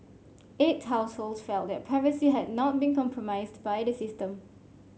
eight households felt their privacy had not been compromised by the system